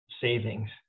savings